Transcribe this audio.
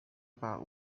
about